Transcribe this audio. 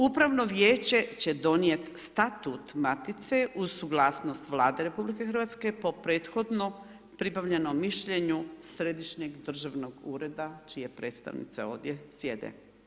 Upravno vijeće će donijeti statut matice uz suglasnost vlade RH po prethodno pribavljenom mišljenju Središnjeg državnog ureda čiji predstavnici ovdje sjede.